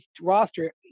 roster